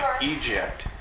Egypt